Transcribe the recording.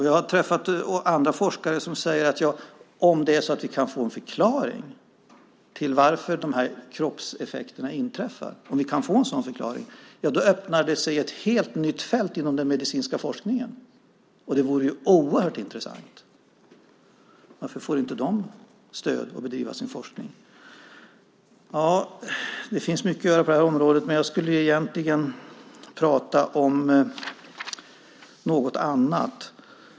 Jag har träffat andra forskare som säger att ett helt nytt fält inom den medicinska forskningen öppnar sig om vi kan få en förklaring till varför de här kroppseffekterna inträffar. Det vore oerhört intressant. Varför får inte de stöd för att bedriva sin forskning? Det finns mycket att göra på området, men jag skulle ju egentligen prata om något annat.